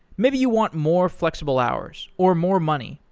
maybe you want more flexible hours, or more money,